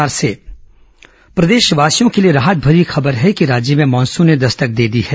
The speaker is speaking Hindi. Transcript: मौसम प्रदेशवासियों के लिए राहतभरी खबर है कि राज्य में मानसून ने दस्तक दे दी है